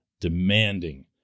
demanding